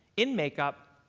in makeup,